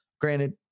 Granted